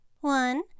One